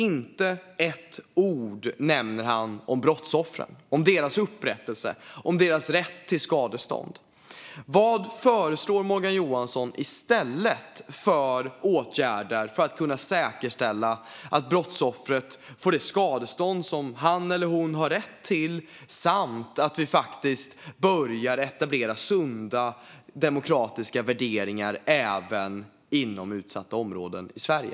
Inte ett ord nämner han om brottsoffren, om deras upprättelse och om deras rätt till skadestånd. Vilka åtgärder föreslår Morgan Johansson i stället för att kunna säkerställa att brottsoffret får det skadestånd som han eller hon har rätt till? Och hur kan vi börja etablera sunda demokratiska värderingar även i utsatta områden i Sverige?